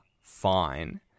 fine